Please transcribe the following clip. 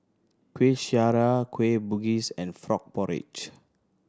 Kuih Syara Kueh Bugis and frog porridge